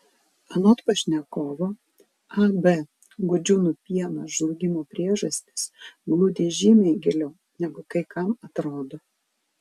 anot pašnekovo ab gudžiūnų pienas žlugimo priežastys glūdi žymiai giliau negu kai kam atrodo